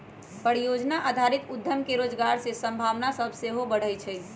परिजोजना आधारित उद्यम से रोजगार के संभावना सभ सेहो बढ़इ छइ